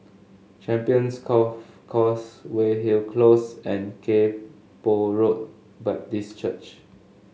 Champions Golf Course Weyhill Close and Kay Poh Road Baptist Church